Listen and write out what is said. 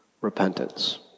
repentance